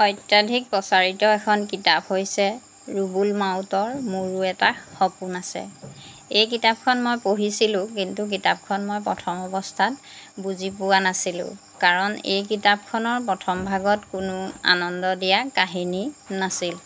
অত্যাধিক প্ৰচাৰিত এখন কিতাপ হৈছে ৰুবুল মাউতৰ মোৰো এটা সপোন আছে এই কিতাপখন মই পঢ়িছিলোঁ কিন্তু কিতাপখন মই প্ৰথম অৱস্থাত বুজি পোৱা নাছিলোঁ কাৰণ এই কিতাপখনৰ প্ৰথম ভাগত কোনো আনন্দ দিয়া কাহিনী নাছিল